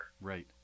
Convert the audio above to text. Right